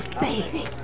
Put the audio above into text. baby